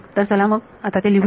तर चला तर मग आता ते लिहूया